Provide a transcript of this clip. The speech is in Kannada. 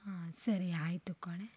ಹಾಂ ಸರಿ ಆಯಿತು ಕಣೆ